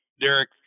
Derek